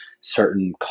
certain